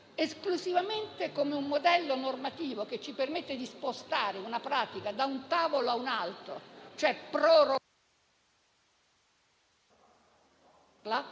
esclusivamente come un modello normativo che ci permette di spostare una pratica da un tavolo a un altro,